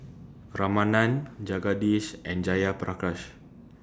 Ramanand Jagadish and Jayaprakash